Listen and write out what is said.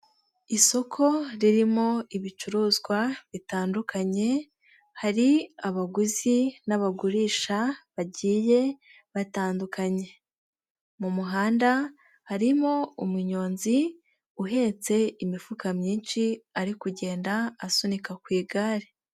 Isoko ririmo ibicuruzwa bitandukanye, hari abaguzi n'abagurisha bagiye batandukanye, mu muhanda harimo umunyonzi uhetse imifuka myinshi, ari kugenda asunika ku igare.